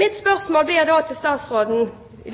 Mitt spørsmål til statsråd